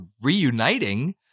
reuniting